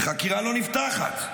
וחקירה לא נפתחת?